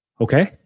Okay